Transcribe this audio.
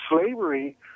slavery